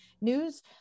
news